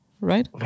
right